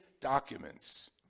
documents